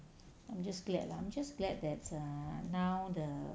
I'm just glad lah I'm just glad that err now the